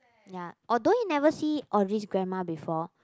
ya although he never see Audrey's grandma before